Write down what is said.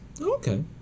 Okay